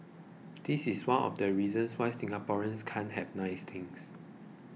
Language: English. this is one of the reasons why Singaporeans can have nice things